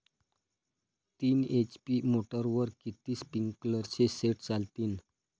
तीन एच.पी मोटरवर किती स्प्रिंकलरचे सेट चालतीन?